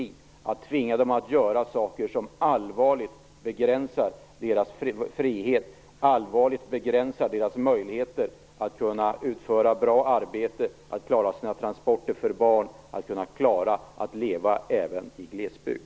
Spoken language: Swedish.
Vi skall inte tvinga dem att göra saker som allvarligt begränsar deras frihet, som allvarligt begränsar deras möjligheter att utföra bra arbete, att klara sina transporter för barn och att klara att leva även i glesbygd.